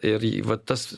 ir va tas